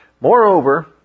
Moreover